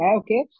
okay